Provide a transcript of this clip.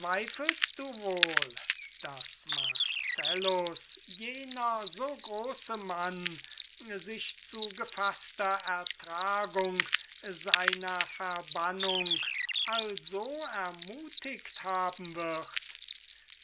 wohl daß marcellus jener so große mann sich zu gefaßter ertragung seiner verbannung also ermuthigt haben wird